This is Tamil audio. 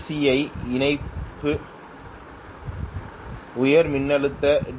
சி இ ணைப்பு உயர் மின்னழுத்த டி